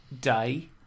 day